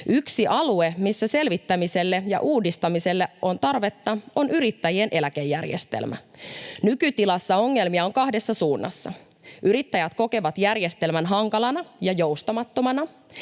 Yksi alue, missä selvittämiselle ja uudistamiselle on tarvetta, on yrittäjien eläkejärjestelmä. Nykytilassa ongelmia on kahdessa suunnassa. Yrittäjät kokevat järjestelmän hankalana ja joustamattomana